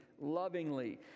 lovingly